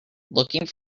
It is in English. looking